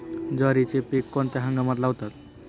ज्वारीचे पीक कोणत्या हंगामात लावतात?